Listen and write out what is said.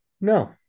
No